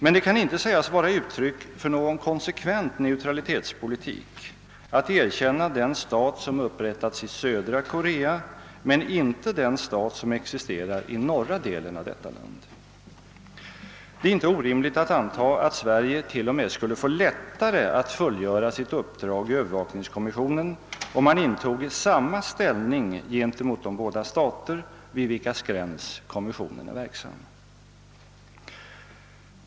Men det kan inte sägas vara uttryck för någon konsekvent neutralitetspolitik att erkänna den stat som upprättats i södra Korea, men inte den stat som existerar i norra delen av detta land. Det är inte orim ligt att anta att Sverige t.o.m. skulle få lättare att fullgöra sitt uppdrag i övervakningskommissionen, om man intoge samma ställning gentemot de båda stater vid vilkas gräns kommissionen är verksam.